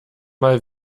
mal